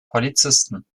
polizisten